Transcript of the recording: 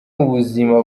ubuzima